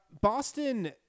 Boston